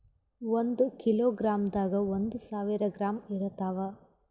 ಒಂದ್ ಕಿಲೋಗ್ರಾಂದಾಗ ಒಂದು ಸಾವಿರ ಗ್ರಾಂ ಇರತಾವ